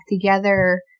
together